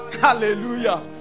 Hallelujah